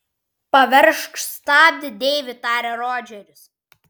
paveržk stabdį deivi tarė rodžeris